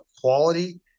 quality